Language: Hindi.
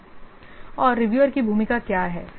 और रिव्यूअर की भूमिका क्या है